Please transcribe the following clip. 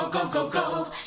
go, go, go